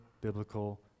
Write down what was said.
biblical